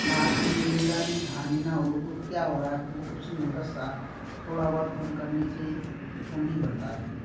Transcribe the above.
लाभ मिलेगा नहीं हानि ना हो तो क्या हो रहा है आपको कुछ नहीं होता थोड़ा बहुत पुण्य करने से तो पुण्य नहीं बढ़ता है